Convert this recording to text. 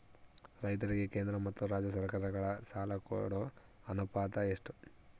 ರೈತರಿಗೆ ಕೇಂದ್ರ ಮತ್ತು ರಾಜ್ಯ ಸರಕಾರಗಳ ಸಾಲ ಕೊಡೋ ಅನುಪಾತ ಎಷ್ಟು?